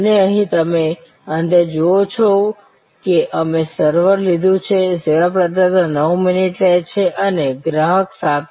અને અહીં તમે અંતે જુઓ છો કે અમે સર્વર લીધું છે સેવા પ્રદાતા 9 મિનિટ લે છે અને ગ્રાહક 7